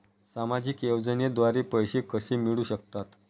सामाजिक योजनेद्वारे पैसे कसे मिळू शकतात?